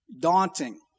Daunting